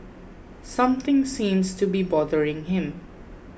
something seems to be bothering him